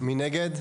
1 נגד,